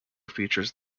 features